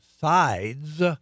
sides